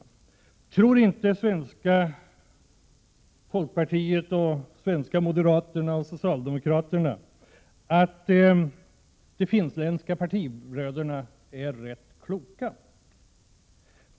Jag vill då fråga: Tror inte svenska folkpartiet, moderaterna och socialdemokraterna att de finländska partibröderna är rätt så kloka?